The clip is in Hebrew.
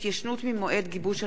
התיישנות ממועד גיבוש הנכות),